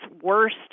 worst